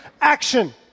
action